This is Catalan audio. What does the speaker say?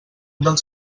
dels